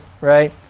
right